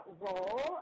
role